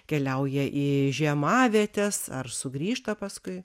keliauja į žiemavietes ar sugrįžta paskui